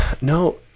No